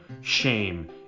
shame